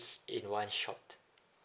in one shot